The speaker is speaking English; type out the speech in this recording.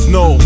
no